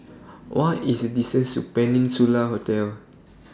What IS The distance to Peninsula Hotel